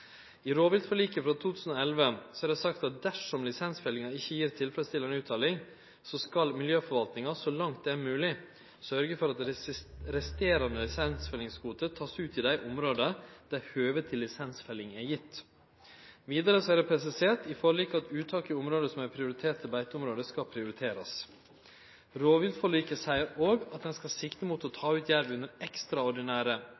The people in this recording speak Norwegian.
I rovviltforliket frå 2011 er det sagt at dersom lisensfellinga ikkje gjev tilfredsstillande utteljing, skal miljøforvaltninga, så langt det er mogeleg, sørgje for at resterande lisensfellingskvote skal takast ut i dei områda der høve til lisensfelling er gjeve. Vidare er det presisert i forliket at uttak i område som er prioriterte til beiteområde, skal prioriterast. Rovviltforliket seier òg at ein skal sikte mot å